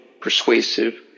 persuasive